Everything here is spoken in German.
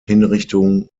hinrichtung